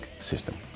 system